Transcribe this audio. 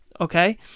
okay